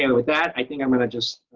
and with that, i think i'm going to just